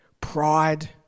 pride